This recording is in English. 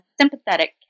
sympathetic